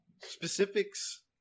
Specifics